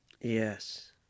Yes